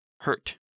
hurt